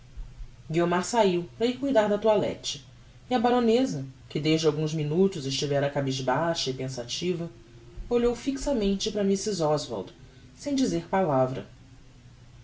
guiomar saiu para ir cuidar da toilette e a baroneza que desde alguns minutos estivera cabisbaixa e pensativa olhou fixamente para mrs oswald sem dizer palavra